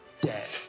Dead